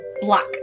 black